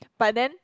but then